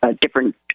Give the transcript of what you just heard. different